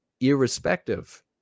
irrespective